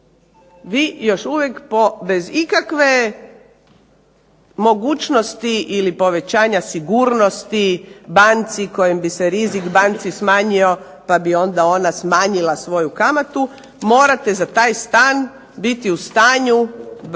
vi još uvijek bez ikakve mogućnosti ili povećanja sigurnosti banci kojim bi se rizik banci smanjio, pa bi onda ona smanjila svoju kamatu morate za taj stan biti u stanju